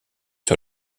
sur